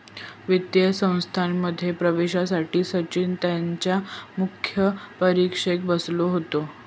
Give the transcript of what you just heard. वित्तीय संस्थांमध्ये प्रवेशासाठी सचिन त्यांच्या मुख्य परीक्षेक बसलो होतो